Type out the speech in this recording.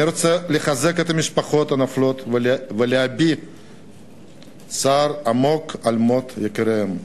אני רוצה לחזק את משפחות הנופלים ולהביע צער עמוק על מות יקיריהן.